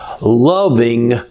Loving